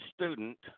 student